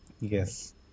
Yes